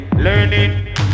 learning